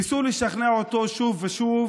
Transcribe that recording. ניסו לשכנע אותו שוב ושוב